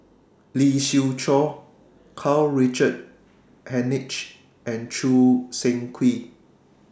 Lee Siew Choh Karl Richard Hanitsch and Choo Seng Quee